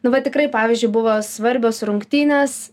nu bet tikrai pavyzdžiui buvo svarbios rungtynes